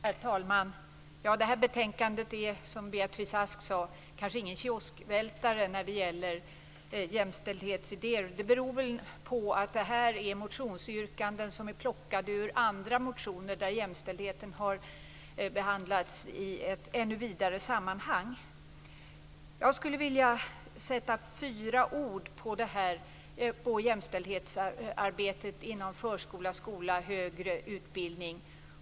Herr talman! Detta betänkande är, som Beatrice Ask sade, kanske ingen "kioskvältare" när det gäller jämställdhetsidéer. Det beror väl på att den behandlar motionsyrkanden som är plockade ur andra motioner där jämställdheten har behandlats i ett ännu vidare sammanhang. Jag skulle vilja sätta fyra ord på jämställdhetsarbetet inom förskola, skola och högre utbildning.